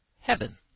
heaven